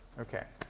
okay?